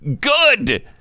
good